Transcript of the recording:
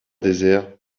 désert